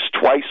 twice